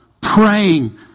Praying